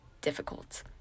difficult